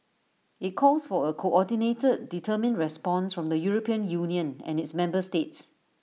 IT calls for A coordinated determined response from the european union and its member states